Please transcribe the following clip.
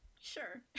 Sure